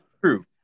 true